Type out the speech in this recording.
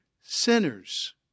sinners